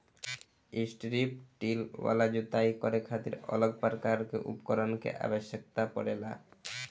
strip till वाला जोताई करे खातिर अलग प्रकार के उपकरण के आवस्यकता पड़ेला